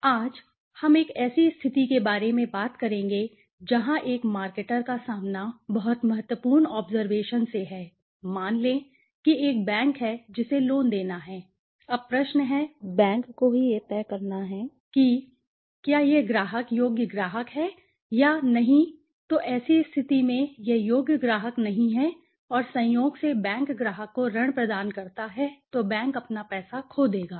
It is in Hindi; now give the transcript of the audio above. लेकिन आज हम एक ऐसी स्थिति के बारे में बात करेंगे जहां एक मार्केटर का सामना बहुत महत्वपूर्ण ऑब्जरवेशन से है मान लें कि एक बैंक है जिसे लोन देना है अब प्रश्न है बैंक ही को यह तय करना है कि क्या यह ग्राहक योग्य ग्राहक है या नहीं तो ऐसी स्थिति में यह योग्य ग्राहक नहीं है और संयोग से बैंक ग्राहक को ऋण प्रदान करता है तो बैंक अपना पैसा खो देगा